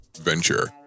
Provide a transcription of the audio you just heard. venture